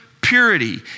purity